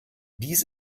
dies